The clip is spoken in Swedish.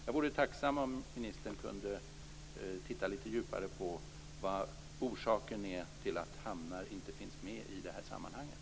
Jag vore tacksam om ministern kunde titta litet djupare på vad orsaken är till att hamnar inte finns med i det här sammanhanget.